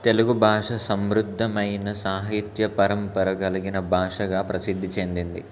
తెలుగు భాష సమృద్ధమైన సాహిత్య పరంపర కలిగిన భాషగా ప్రసిద్ధి చెందింది